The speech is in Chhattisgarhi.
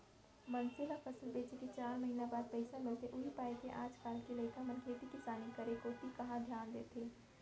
मनसे ल फसल बेचे के चार महिना बाद पइसा मिलथे उही पायके आज काल के लइका मन खेती किसानी करे कोती कहॉं धियान देथे